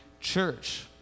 church